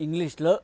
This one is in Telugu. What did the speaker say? ఇంగ్లీష్లో